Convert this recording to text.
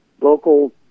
local